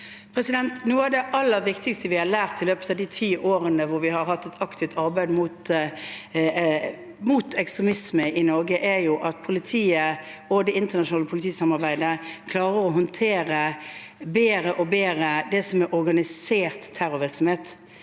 av det aller viktig- ste vi har lært i løpet av de ti årene hvor vi har hatt et aktivt arbeid mot ekstremisme i Norge, er at politiet og det internasjonale politisamarbeidet bedre og bedre klarer å håndtere organisert terrorvirksomhet,